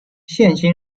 现今